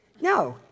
No